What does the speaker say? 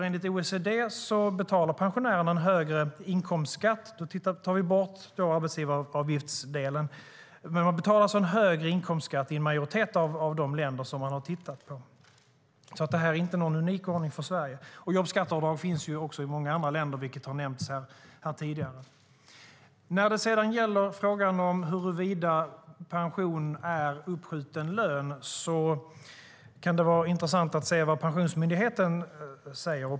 Enligt OECD betalar pensionärerna en högre inkomstskatt, om man tar bort arbetsgivaravgiftsdelen, i en majoritet av de länder som man har tittat på. Detta är alltså ingen unik ordning för Sverige. Jobbskatteavdrag finns i många andra länder, vilket har nämnts här tidigare. När det gäller frågan om huruvida pension är uppskjuten lön kan det vara intressant att se vad Pensionsmyndigheten säger.